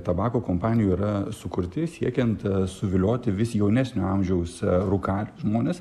tabako kompanijų yra sukurti siekiant suvilioti vis jaunesnio amžiaus rūkalius žmones